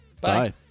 Bye